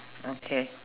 okay